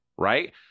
Right